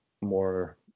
more